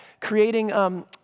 creating